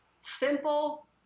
simple